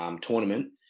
tournament